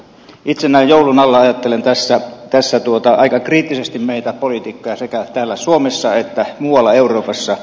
itse näin joulun alla ajattelen tässä aika kriittisesti meitä poliitikkoja sekä täällä suomessa että muualla euroopassa